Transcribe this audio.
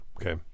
Okay